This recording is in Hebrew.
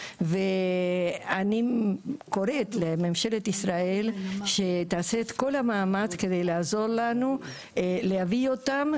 אני קוראת לממשלת ישראל שתעשה את כל המאמץ כדי לעזור לנו להביא אותם,